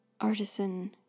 artisan